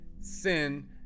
sin